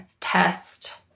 test